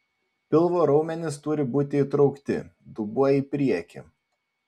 pilvo raumenys turi būti įtraukti dubuo į priekį